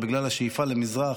או בגלל השאיפה למזרח,